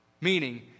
Meaning